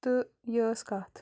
تہٕ یہِ ٲس کَتھ